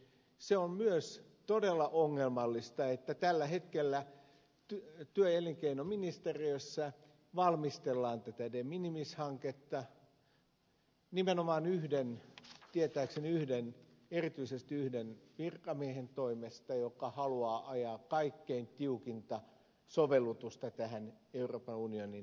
se on myös todella ongelmallista että tällä hetkellä työ ja elinkeinoministeriössä valmistellaan tätä de minimis hanketta nimenomaan yhden tietääkseni erityisesti yhden virkamiehen toimesta joka haluaa ajaa kaikkein tiukinta sovellutusta tähän euroopan unionin asetukseen